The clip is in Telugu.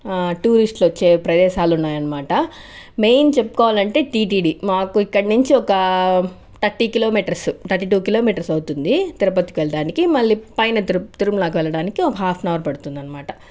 టూరిస్టులు వచ్చే ప్రదేశాలు ఉన్నాయి అన్నమాట మెయిన్ చెప్పుకోవాలంటే టీటీడీ మాకు ఇక్కడ నుంచి ఒక thirty kilometres thirty two kilometres అవుతుంది తిరుపతికి వెళ్ళడానికి మళ్ళీ పైన తిరు తిరుమలకి వెళ్ళడానికి ఒక హాఫ్ యాన్ అవర్ పడుతుంది అనమాట